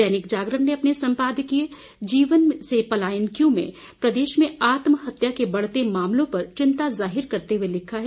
दैनिक जागरण ने अपने संपादकीय जीवन से पालयन क्यों में प्रदेश में आत्महत्या के बढ़ते मामलों पर चिंता जाहिर करते हुए लिखा है